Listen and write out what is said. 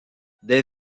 des